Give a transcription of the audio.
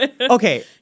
okay